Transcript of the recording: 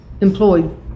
employed